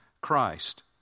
Christ